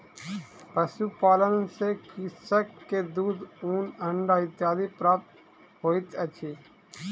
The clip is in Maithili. पशुपालन सॅ कृषक के दूध, ऊन, अंडा इत्यादि प्राप्त होइत अछि